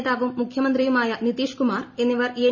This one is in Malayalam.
നേതാവും മുഖ്യമന്ത്രിയുമായ നിതീഷ് കുമാർ എന്നിവർ എൻ